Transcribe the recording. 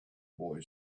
boy